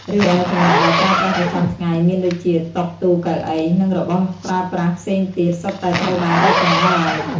រីឯ ចម្លាក់ដែលប្រើប្រាស់ប្រចាំថ្ងែមានដូចជា តុ ទូ កៅអី និងរបស់ប្រើប្រាស់ផ្សេងទៀត សុទ្ធតែត្រូវបានរចនាឡើង។